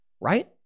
Right